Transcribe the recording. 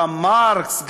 גם מרקס,